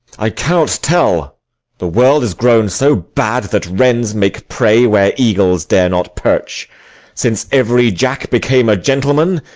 i cannot tell the world is grown so bad that wrens make prey where eagles dare not perch since every jack became a gentleman,